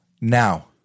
Now